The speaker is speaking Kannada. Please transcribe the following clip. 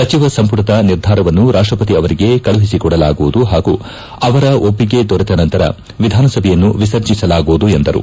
ಸಚಿವ ಸಂಪುಟದ ನಿರ್ಧಾರವನ್ನು ರಾಷ್ಟವತಿ ಅವಂಗೆ ಕಳುಹಿಸಿಕೊಡಲಾಗುವುದು ಹಾಗೂ ಅವರ ಒಪ್ಪಿಗೆ ದೊರೆತ ನಂತರ ವಿಧಾನಸಭೆಯನ್ನು ವಿಸರ್ಜಿಸಲಾಗುವುದು ಎಂದರು